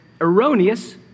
erroneous